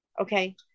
okay